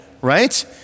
right